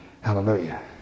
Hallelujah